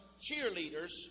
cheerleaders